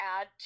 add